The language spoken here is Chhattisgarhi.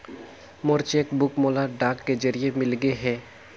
मोर चेक बुक मोला डाक के जरिए मिलगे हे